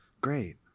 Great